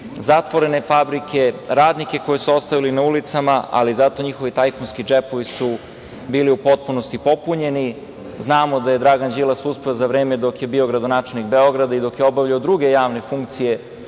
zatvorene fabrike, radnici koje su ostavili na ulicama, ali zato njihovi tajkunski džepovi su bili u potpunosti popunjeni. Znamo da je Dragan Đilas uspeo za vreme dok je bio gradonačelnik Beograda i dok je obavljao druge javne funkcije,